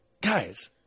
guys